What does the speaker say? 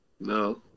no